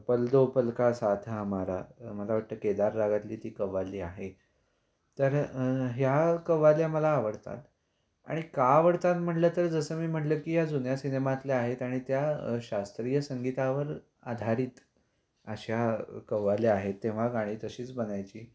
पल दो पलका साथ हमारा मला वाटतं केदार रागातली ती कव्वाली आहे तर ह्या कव्वाल्या मला आवडतात आणि का आवडतात म्हटलं तर जसं मी म्हटलं की ह्या जुन्या सिनेमातल्या आहेत आणि त्या शास्त्रीय संगीतावर आधारित अशा कव्वाल्या आहेत तेव्हा गाणी तशीच बनायची